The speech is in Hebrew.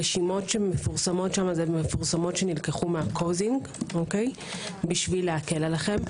הרשימות שמפורסמות שם זה מפורסמות שנלקחו מהקוזינג בשביל להקל עליכם.